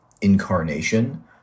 incarnation